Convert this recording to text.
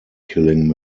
killing